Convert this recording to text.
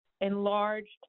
enlarged